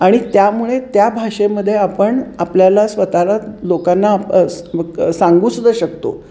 आणि त्यामुळे त्या भाषेमध्ये आपण आपल्याला स्वतःला लोकांना आप सांगू सुद्धा शकतो